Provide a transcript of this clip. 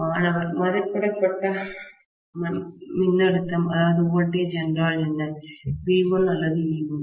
மாணவர் மதிப்பிடப்பட்ட மின்னழுத்தம்வோல்டேஜ் என்றால் என்னV1 அல்லது E1